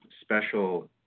special